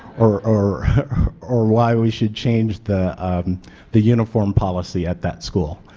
or or why we should change the the uniform policy at that school.